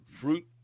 fruit